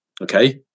Okay